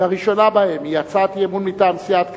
שהראשונה בהן היא הצעת אי-אמון מטעם סיעת קדימה,